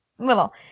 Little